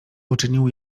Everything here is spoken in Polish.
uczynił